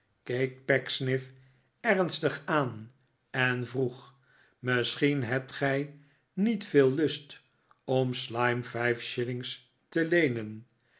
keek pecksniff ernstig aan en vroeg misschien hebt gij niet veel lust om slyme vijf shillings te leenen